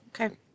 Okay